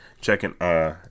Checking